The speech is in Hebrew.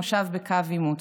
מושב בקו עימות.